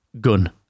gun